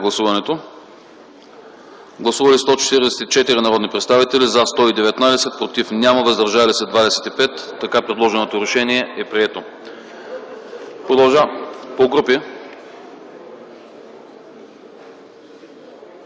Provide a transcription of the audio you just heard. гласуване. Гласували 144 народни представители: за 119, против няма, въздържали се 25. Така предложеното решение е прието. Заповядайте